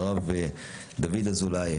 הרב דוד אזולאי,